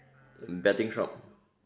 betting shop